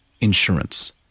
insurance